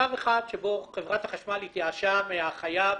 מצב אחד שבו חברת החשמל התייאשה מהחייב,